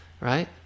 right